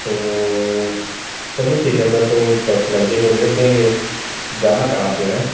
तो चलिए ठीक है सर तो लड़के को भेज देंगे जाना कहाँ पे है